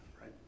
right